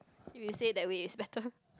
if you say that way is better